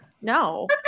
No